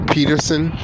Peterson